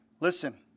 Listen